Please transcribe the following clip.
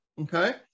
Okay